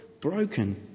broken